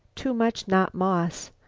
too much not moss.